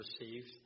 received